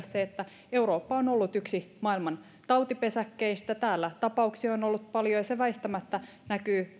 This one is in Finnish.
se että eurooppa on ollut yksi maailman tautipesäkkeistä täällä tapauksia on on ollut paljon ja se väistämättä näkyy